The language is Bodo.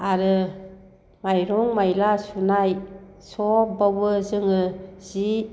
आरो माइरं माइला सुनाय सबावबो जोङो जि